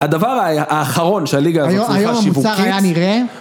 הדבר האחרון שהליגה הזאת צריכה שיווכץ... היום המוסר היה נראה...